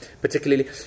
Particularly